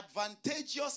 advantageous